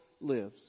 lives